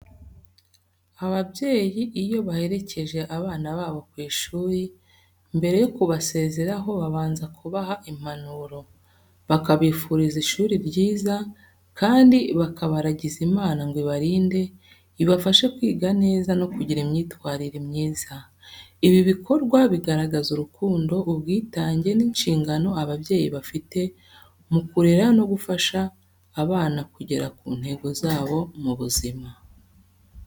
Ababyeyi iyo baherekeje abana babo ku ishuri, mbere yo kubasezeraho babanza kubaha impanuro, bakabifuriza ishuri ryiza kandi bakabaragiza Imana ngo ibarinde, ibafashe kwiga neza no kugira imyitwarire myiza. Ibi bikorwa bigaragaza urukundo, ubwitange n’inshingano ababyeyi bafite mu kurera no gufasha abana kugera ku ntego zabo mu buzima.